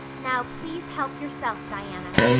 now, please help yourself, diana,